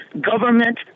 Government